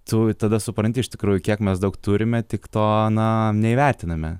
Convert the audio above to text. tu tada supranti iš tikrųjų kiek mes daug turime tik to na neįvertiname